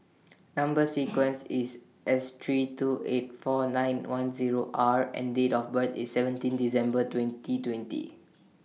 Number sequence IS S three two eight four nine one Zero R and Date of birth IS seventeen December twenty twenty